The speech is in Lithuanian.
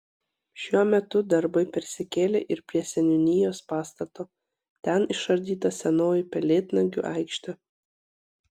šiuo metu darbai persikėlė ir prie seniūnijos pastato ten išardyta senoji pelėdnagių aikštė